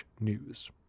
News